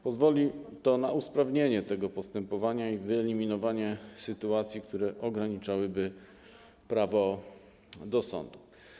Pozwoli to na usprawnienie tego typu postępowań i wyeliminowanie sytuacji, które ograniczałyby prawo do sądu.